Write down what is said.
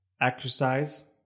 exercise